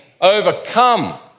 overcome